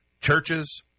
churches